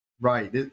Right